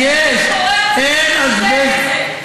יש, מי בודק את זה?